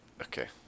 Okay